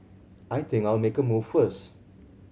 I think I'll make a move first